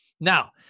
Now